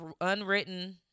unwritten